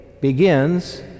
begins